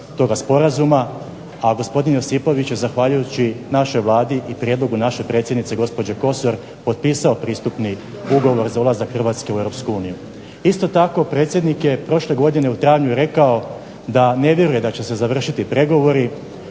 a gospodin Josipović je zahvaljujući našoj Vladi i prijedlogu naše predsjednice gospođe Kosor potpisao pristupni ugovor za ulazak Hrvatske u Europsku uniju. Isto tako predsjednik prošle godine u travnju rekao da ne vjeruje kako će se završiti pregovore